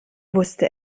wusste